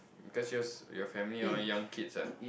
cause yours your family a lot young kids ah